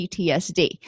PTSD